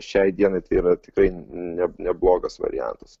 šiai dienai tai yra tikrai neblogas variantas